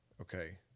okay